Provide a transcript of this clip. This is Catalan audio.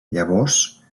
llavors